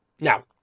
Now